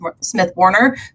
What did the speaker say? Smith-Warner